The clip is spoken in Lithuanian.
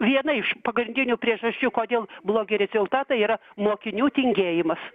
viena iš pagrindinių priežasčių kodėl blogi rezultatai yra mokinių tingėjimas